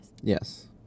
Yes